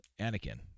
Anakin